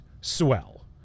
swell